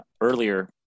earlier